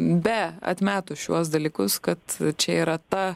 be atmetus šiuos dalykus kad čia yra ta